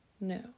No